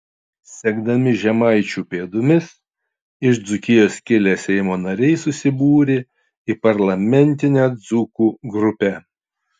sekdami žemaičių pėdomis iš dzūkijos kilę seimo nariai susibūrė į parlamentinę dzūkų grupę